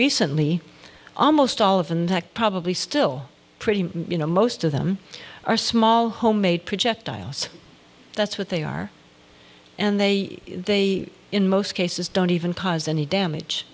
recently almost all of and probably still pretty you know most of them are small homemade projectiles that's what they are and they they in most cases don't even cause any damage